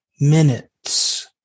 minutes